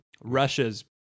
russia's